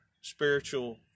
spiritual